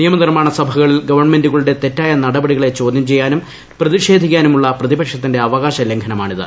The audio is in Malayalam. നിയമനിർമാണ സഭകളിൽ ഗവൺമെന്റുകളുടെ തെറ്റായ നടപടികളെ ചോദ്യം ചെയ്യാനും പ്രതിഷേധിക്കാനുമുള്ള പ്രതിപക്ഷത്തിന്റെ അവകാശ ലംഘനമാണിത്